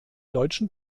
deutschen